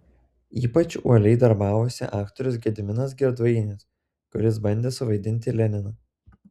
ypač uoliai darbavosi aktorius gediminas girdvainis kuris bandė suvaidinti leniną